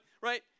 right